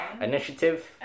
Initiative